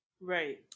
Right